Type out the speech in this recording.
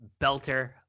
belter